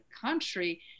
country